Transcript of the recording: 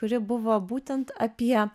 kuri buvo būtent apie